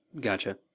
Gotcha